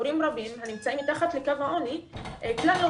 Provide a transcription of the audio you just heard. הורים רבים הנמצאים מתחת לקו העוני כלל לא